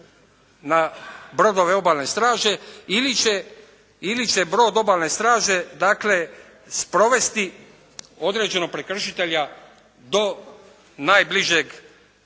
na brodove obalne straže ili će brod obalne straže dakle sprovesti određenog prekršitelja do najbližeg,